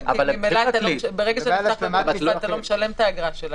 ברגע שאתה ----, אתה לא משלם את האגרה שלנו.